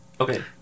okay